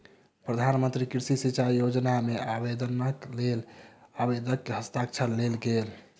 प्रधान मंत्री कृषि सिचाई योजना मे आवेदनक लेल आवेदक के हस्ताक्षर लेल गेल